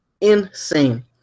Insane